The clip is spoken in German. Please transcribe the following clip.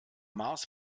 mars